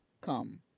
come